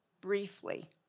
briefly